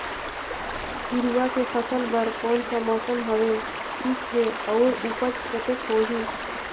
हिरवा के फसल बर कोन सा मौसम हवे ठीक हे अउर ऊपज कतेक होही?